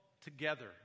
together